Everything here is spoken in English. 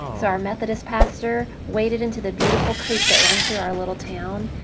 so our methodist pastor waded into the beautiful creek that runs through our little town,